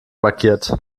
markiert